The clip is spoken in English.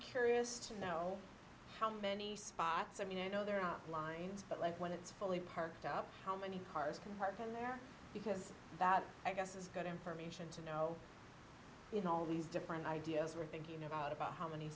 curious to know how many spots i mean i know there are lines but like when it's fully parked up how many cars can park in there because that i guess is good information to know in all these different ideas we're thinking about about how many